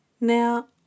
Now